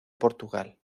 portugal